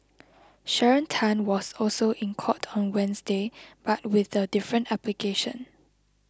Sharon Tan was also in court on Wednesday but with a different application